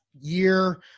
year